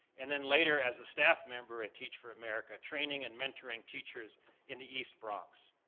and then later as a staff member at teach for america, training and mentoring teachers in the east bronx.